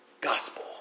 Gospel